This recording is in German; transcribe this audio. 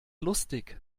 lustig